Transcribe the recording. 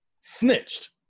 snitched